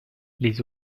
les